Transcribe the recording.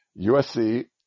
USC